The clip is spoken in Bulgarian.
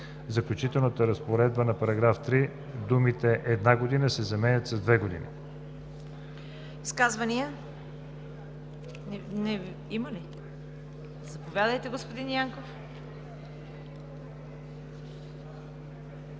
заключителната разпоредба на § 3 думите „една година“ се заменят с „две години“.